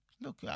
Look